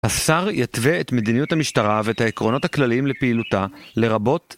השר יתווה את מדיניות המשטרה ואת העקרונות הכלליים לפעילותה לרבות